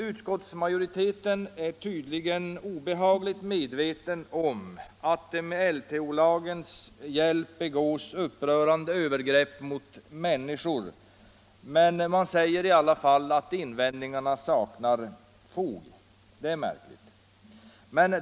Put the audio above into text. Utskottsmajoriteten är tydligen obehagligt medveten om att det med LTO:s hjälp begås upprörande övergrepp mot människor, men man säger i alla fall att invändningarna saknar fog. Det är märkligt.